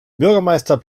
bürgermeister